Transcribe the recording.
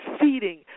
feeding